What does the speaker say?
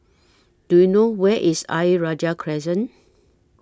Do YOU know Where IS Ayer Rajah Crescent